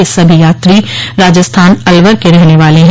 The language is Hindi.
ये सभी यात्री राजस्थान अलवर के रहने हैं